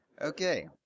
Okay